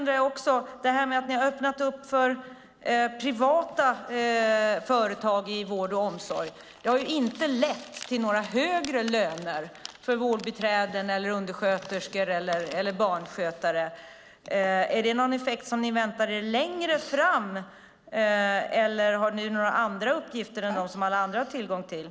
Att ni har öppnat upp för privata företag i vård och omsorg har inte lett till några högre löner för vårdbiträden, undersköterskor eller barnskötare. Är det någon effekt som ni väntar er längre fram, eller har ni några andra uppgifter än de som alla andra har tillgång till?